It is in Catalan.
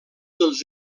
dels